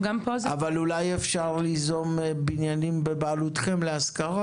אבל אולי אפשר ליזום בניינים להשכרה